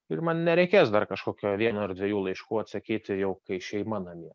ir man nereikės dar kažkokio vieno ar dviejų laiškų atsakyti jau kai šeima namie